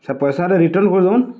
ସେ ପଏସାଟା ରିଟର୍ଣ୍ଣ୍ କରିଦଉନ୍